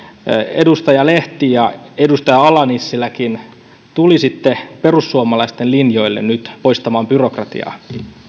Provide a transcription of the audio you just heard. edustaja lehti ja edustaja ala nissiläkin tulisitte perussuomalaisten linjoille nyt poistamaan byrokratiaa